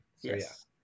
Yes